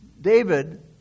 David